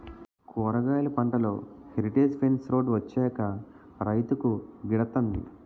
కూరగాయలు పంటలో heritage fence road వచ్చాక రైతుకు గిడతంది